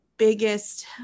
biggest